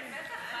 כן, בטח.